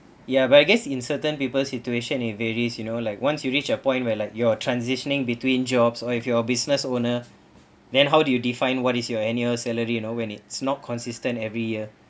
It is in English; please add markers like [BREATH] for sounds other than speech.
ya but I guess in certain people situation it varies you know like once you reach a point where like you're transitioning between jobs or if you're a business owner [BREATH] then how do you define what is your annual salary you know when it's not consistent every year